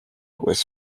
was